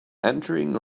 entering